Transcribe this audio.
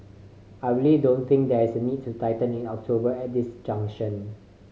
I really don't think there is a need to tighten in October at this junction